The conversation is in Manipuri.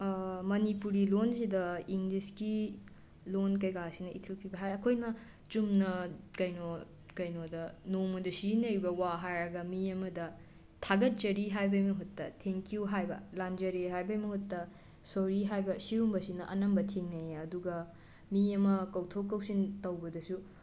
ꯃꯅꯤꯄꯨꯔꯤ ꯂꯣꯟꯁꯤꯗ ꯏꯪꯂꯤꯁꯀꯤ ꯂꯣꯜ ꯀꯩꯀꯥꯁꯤꯅ ꯏꯊꯤꯜ ꯄꯤꯕ ꯍꯥꯏꯔ ꯑꯩꯈꯣꯏꯅ ꯆꯨꯝꯅ ꯀꯩꯅꯣ ꯀꯩꯅꯣꯗ ꯅꯣꯡꯃꯗ ꯁꯤꯖꯤꯟꯅꯔꯤꯕ ꯋꯥ ꯍꯥꯏꯔꯒ ꯃꯤ ꯑꯃꯗ ꯊꯥꯒꯠꯆꯔꯤ ꯍꯥꯏꯕꯒꯤ ꯃꯍꯨꯠꯇ ꯊꯦꯡꯛ ꯌꯨ ꯍꯥꯏꯕ ꯂꯥꯟꯖꯔꯦ ꯍꯥꯏꯕꯒꯤ ꯃꯍꯨꯠꯇ ꯁꯣꯔꯤ ꯍꯥꯏꯕ ꯁꯤꯒꯨꯝꯕꯁꯤꯅ ꯑꯅꯝꯕ ꯊꯦꯡꯅꯩ ꯑꯗꯨꯒ ꯃꯤ ꯑꯃ ꯀꯧꯊꯣꯛ ꯀꯧꯁꯤꯟ ꯇꯧꯕꯗꯁꯨ